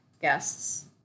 guests